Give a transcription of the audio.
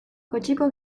kotxeko